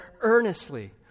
earnestly